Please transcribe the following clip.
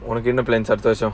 what are bigger plans of those lah